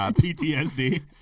ptsd